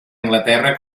anglaterra